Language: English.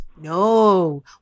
no